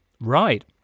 Right